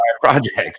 project